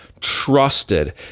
trusted